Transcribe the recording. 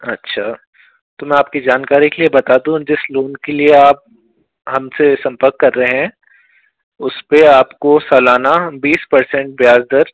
अच्छा तो मैं आपकी जानकारी के लिए बता दूँ जिस लोन के लिए आप हमसे संपर्क कर रहे हैं उसपे आपको सलाना बीस पर्सेंट ब्याज़ दर